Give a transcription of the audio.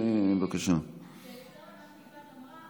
בהקשר למה שיפעת אמרה,